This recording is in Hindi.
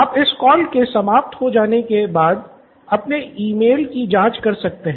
आप इस कॉल के समाप्त होने जाने के बाद अपने ईमेल की जाँच कर सकते हैं